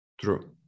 true